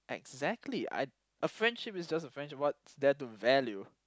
exactly I a friendship is just a friendship what's there to value